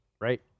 Right